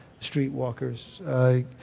streetwalkers